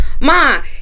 Mom